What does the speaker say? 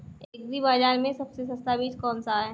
Agree बाज़ार में सबसे सस्ता बीज कौनसा है?